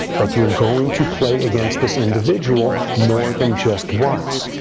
that you're going to play against this individual more than just once.